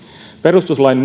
perustuslain